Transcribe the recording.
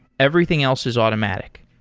everything else is automatic,